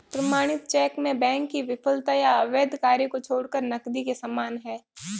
प्रमाणित चेक में बैंक की विफलता या अवैध कार्य को छोड़कर नकदी के समान है